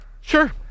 sure